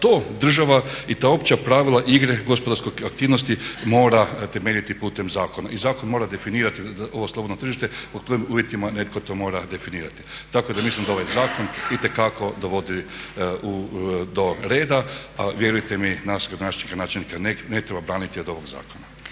to država i ta opća pravila igre gospodarske aktivnosti mora temeljiti putem zakona i zakon mora definirati ovo slobodno tržište po kojim uvjetima netko to mora definirati. Tako da mislim da ovaj zakon itekako dovodi do reda, a vjerujte mi nas gradonačelnike, načelnike ne treba braniti od ovog zakona.